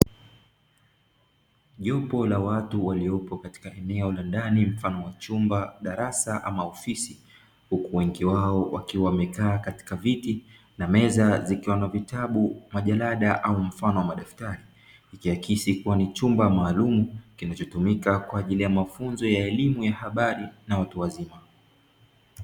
Jopo la watu waliopo katika eneo la ndani mfano wa chumba, darasa, ama ofisi, huku wengi wao wakiwa wamekaa katika viti na meza zikiwa na vitabu, majarada au mfano wa madaftari; ikiakisi kuwa ni chumba maalumu kinachotumika kwa ajili ya mafunzo ya elimu ya habari na watu wazima.